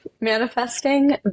manifesting